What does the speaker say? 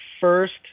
first